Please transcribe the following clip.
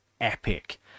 epic